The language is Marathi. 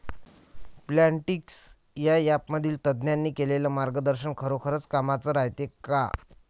प्लॉन्टीक्स या ॲपमधील तज्ज्ञांनी केलेली मार्गदर्शन खरोखरीच कामाचं रायते का?